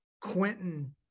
Quentin